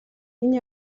энэ